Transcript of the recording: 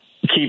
keep